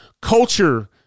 culture